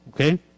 Okay